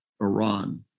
Iran